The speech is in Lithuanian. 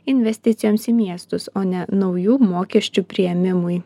investicijoms į miestus o ne naujų mokesčių priėmimui